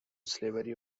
slavery